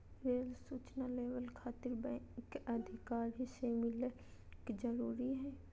Rail सूचना labour खातिर bank अधिकारी से मिलक जरूरी है?